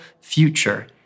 future